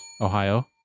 Ohio